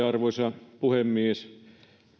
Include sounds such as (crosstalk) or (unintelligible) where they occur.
(unintelligible) arvoisa puhemies